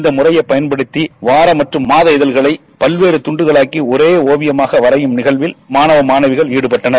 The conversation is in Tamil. இந்த முறையை பயன்படுத்தி வார மற்றும் மாத இதழ்களை பல்வேறு துண்டுகளாக்கி ஒரே ஒவியமாக வரையும் நிகழ்வில் மாணவிகள் ஈடுபட்டனர்